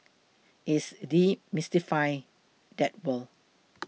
it's demystify that word